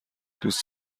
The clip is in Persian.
دوست